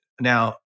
now